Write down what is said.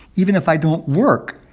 even if i don't work,